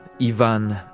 Ivan